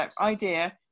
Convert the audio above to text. idea